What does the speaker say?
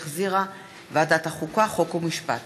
שהחזירה ועדת החוקה, חוק ומשפט.